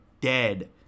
dead